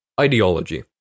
Ideology